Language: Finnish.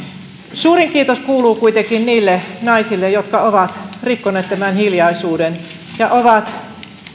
suurin kiitos kuuluu kuitenkin niille naisille jotka ovat rikkoneet tämän hiljaisuuden ja ovat